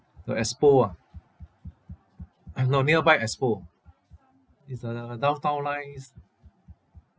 the expo ah no nearby expo is downtown lines